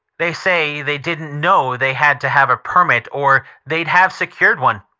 they say they didn't know they had to have a permit or they'd have secured one.